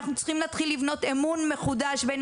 אנחנו צריכים להתחיל לבנות אמון מחודש בין